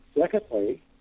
Secondly